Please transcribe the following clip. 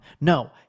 No